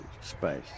space